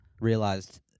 realized